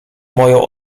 moją